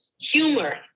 humor